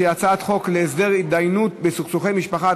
שהוא הצעת חוק להסדר התדיינויות בסכסוכי משפחה,